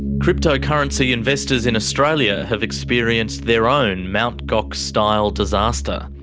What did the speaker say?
cryptocurrency investors in australia have experienced their own mt gox-style disaster.